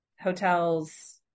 hotels